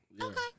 Okay